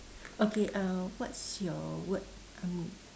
okay uh what's your word um